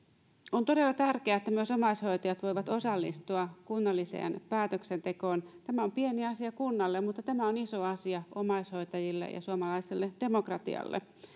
on todella tärkeää että myös omaishoitajat voivat osallistua kunnalliseen päätöksentekoon tämä on pieni asia kunnalle mutta tämä on iso asia omaishoitajille ja suomalaiselle demokratialle